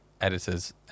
editors